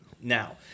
Now